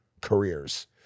careers